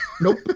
Nope